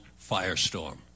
Firestorm